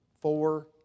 four